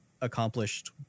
accomplished